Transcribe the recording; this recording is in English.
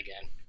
again